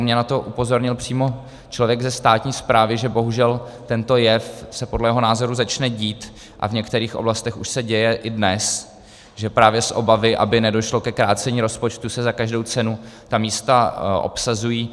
Mě na to upozornil přímo člověk ze státní správy, že bohužel tento jev se podle jeho názoru začne dít a v některých oblastech už se děje i dnes, že právě z obavy, aby nedošlo ke krácení rozpočtu, se za každou cenu ta místa obsazují.